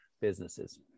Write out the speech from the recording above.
businesses